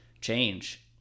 change